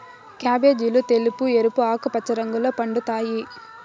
క్యాబేజీలు తెలుపు, ఎరుపు, ఆకుపచ్చ రంగుల్లో పండుతాయి